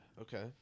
Okay